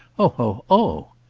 oh, oh!